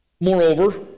Moreover